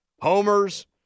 Homers